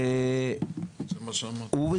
הוא,